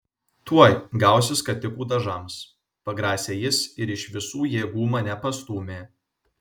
tuoj gausi skatikų dažams pagrasė jis ir iš visų jėgų mane pastūmė